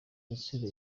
rutsiro